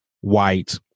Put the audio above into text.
white